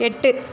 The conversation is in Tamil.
எட்டு